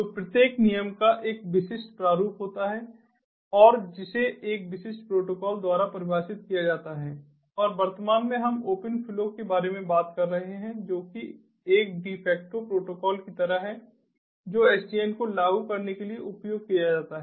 तो प्रत्येक नियम का एक विशिष्ट प्रारूप होता है और जिसे एक विशेष प्रोटोकॉल द्वारा परिभाषित किया जाता है और वर्तमान में हम ओपन फ्लो के बारे में बात कर रहे हैं जो कि एक डिफैक्टो प्रोटोकॉल की तरह है जो SDN को लागू करने के लिए उपयोग किया जाता है